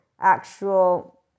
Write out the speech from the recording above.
actual